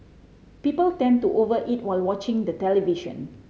people tend to over eat while watching the television